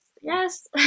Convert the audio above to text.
yes